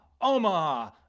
Omaha